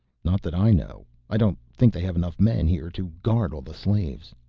not that i know. i don't think they have enough men here to guard all the slaves.